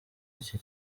iki